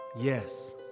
Yes